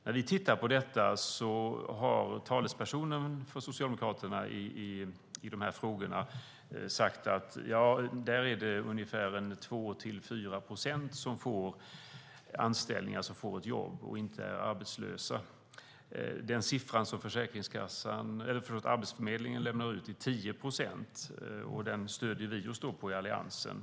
När vi tittar på detta har Socialdemokraternas talesperson i dessa frågor sagt att det är 2-4 procent som får anställningar och jobb och inte är arbetslösa. Den siffra Arbetsförmedlingen lämnar är 10 procent, och det är den vi stöder oss på i Alliansen.